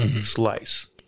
slice